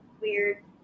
weird